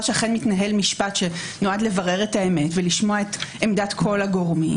שאכן מתנהל משפט שנועד לברר את האמת ולשמוע עמדת כל הגורמים.